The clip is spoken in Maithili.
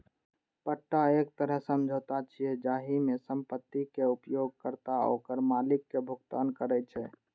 पट्टा एक तरह समझौता छियै, जाहि मे संपत्तिक उपयोगकर्ता ओकर मालिक कें भुगतान करै छै